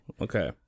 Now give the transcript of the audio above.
Okay